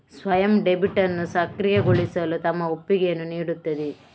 ಸ್ವಯಂ ಡೆಬಿಟ್ ಅನ್ನು ಸಕ್ರಿಯಗೊಳಿಸಲು ತಮ್ಮ ಒಪ್ಪಿಗೆಯನ್ನು ನೀಡುತ್ತದೆ